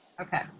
Okay